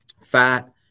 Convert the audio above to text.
fat